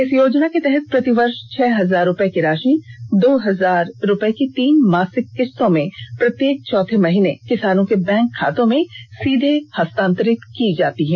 इस योजना के तहत प्रति वर्ष छह हजार रुपये की राशि को दो हजार रुपये की तीन मासिक किस्तों में प्रत्येक चौथे माह किसानों के बैंक खातों में सीधे हस्तांतरित किया जाता है